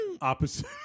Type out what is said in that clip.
opposite